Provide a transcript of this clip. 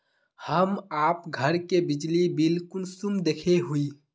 हम आप घर के बिजली बिल कुंसम देखे हुई?